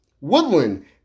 Woodland